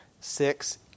six